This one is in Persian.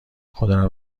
خودم